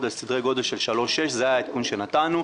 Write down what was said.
על סדרי גודל של 3.6% זה העדכון שנתנו.